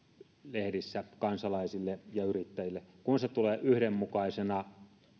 lehdissä kansalaisille ja yrittäjille kun se tulee yhdenmukaisena